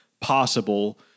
possible